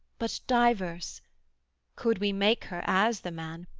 but diverse could we make her as the man,